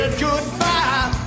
goodbye